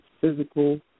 physical